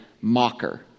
mocker